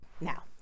now